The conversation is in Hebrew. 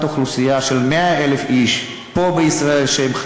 אוכלוסייה של 100,000 איש שחיים פה בישראל.